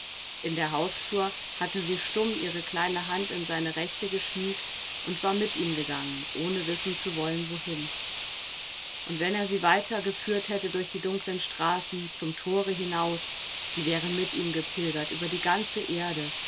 in der hausflur hatte sie stumm ihre kleine hand in seine rechte geschmiegt und war mit ihm gegangen ohne wissen zu wollen wohin und wenn er sie weiter geführt hätte durch die dunklen straßen zum thore hinaus sie wäre mit ihm gepilgert über die ganze erde